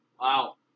Wow